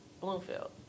Bloomfield